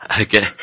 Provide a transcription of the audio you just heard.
okay